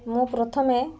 ମୁଁ ପ୍ରଥମେ